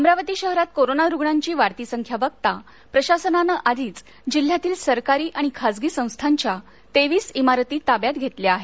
अमरावती शहरात कोरोना रुग्णांची वाढती संख्या बघता प्रशासनानं आधीच जिल्ह्यातील सरकारी आणि खासगी संस्थांच्या तेवीस इमारती ताब्यात घेतल्या आहेत